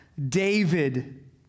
David